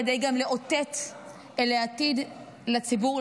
כדי גם לאותת על העתיד לציבור,